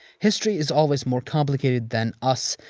history is always more complicated than us,